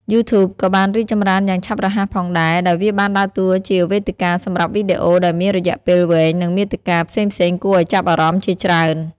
YouTube ក៏បានរីកចម្រើនយ៉ាងឆាប់រហ័សផងដែរ ដោយវាបានដើរតួជាវេទិកាសម្រាប់វីដេអូដែលមានរយៈពេលវែង និងមាតិកាផ្សេងៗគួរឱ្យចាប់អារម្មណ៍ជាច្រើន។